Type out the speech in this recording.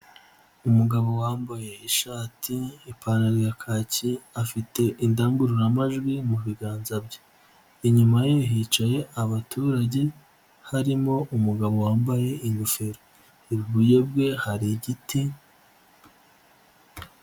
Umugabo wambaye ishati, ipantaro ya kakiyi, afite indangururamajwi mu biganza bye, inyuma ye hicaye abaturage harimo umugabo wambaye ingofero, iburyo bwe hari igiti.